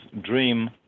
dream